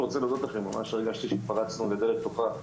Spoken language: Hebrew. ממש הרגשתי שהתפרצנו לדלת פתוחה.